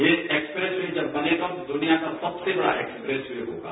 ये expressway जब बनेगा तो दुनिया का सबसे बड़ा एक्सप्रेस वे होगा